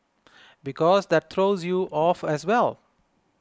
because that throws you off as well